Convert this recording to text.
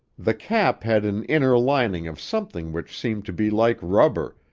the cap had an inner lining of something which seemed to be like rubber,